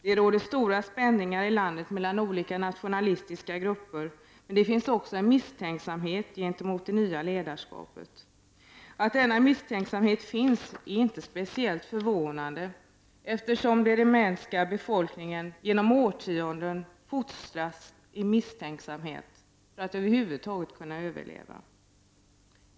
Det råder stora spänningar i landet mellan olika nationalistiska grupper, men det finns också en misstänksamhet gentemot det nya ledarskapet. Att denna misstänksamhet finns är inte speciellt förvånande, eftersom den rumänska befolkningen genom årtionden fostrats till misstänksamhet för att över huvud taget kunna överleva.